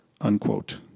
unquote